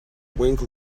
wink